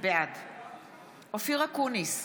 בעד אופיר אקוניס,